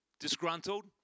disgruntled